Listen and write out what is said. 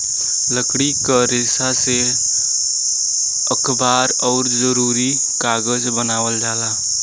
लकड़ी क रेसा से अखबार आउर जरूरी कागज बनावल जाला